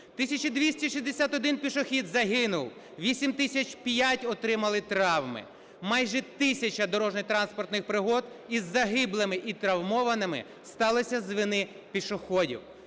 261 пішохід загинув, 8 тисяч 5 отримали травми. Майже тисяча дорожньо-транспортних пригод із загиблими і травмованими сталося з вини пішоходів.